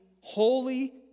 holy